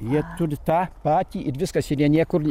jie turi tą patį ir viskas ir jie niekur